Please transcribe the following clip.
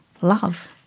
love